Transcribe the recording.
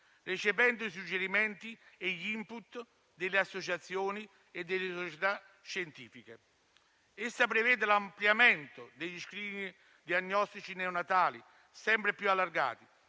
recependo i suggerimenti e gli *input* delle associazioni e delle società scientifiche. Esso prevede l'ampliamento degli *screening* diagnostici neonatali, piani regionali